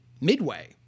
Midway